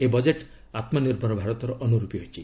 ଏହି ବଜେଟ୍ ଆତ୍କନିର୍ଭର ଭାରତର ଅନୁର୍ପୀ ହୋଇଛି